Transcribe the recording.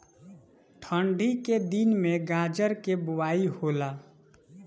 ठन्डी के दिन में गाजर के बोआई होला